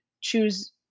choose